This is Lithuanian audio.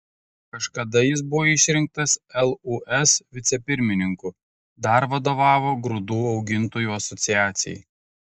kažkada jis buvo išrinktas lūs vicepirmininku dar vadovavo grūdų augintojų asociacijai